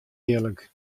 earlik